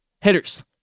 hitters